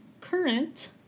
current